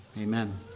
Amen